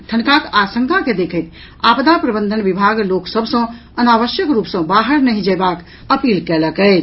ठनकाक आशंका के देखैत आपदा प्रबंधन विभाग लोक सभ सँ अनावश्यक रूप सँ बाहर नहि जयबाक अपील कयलक अछि